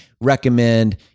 recommend